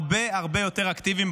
הרבה הרבה יותר אקטיביים,